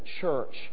church